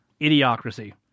Idiocracy